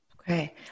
Okay